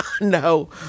No